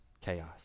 chaos